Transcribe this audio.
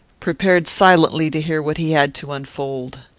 prepared silently to hear what he had to unfold.